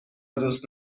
دوست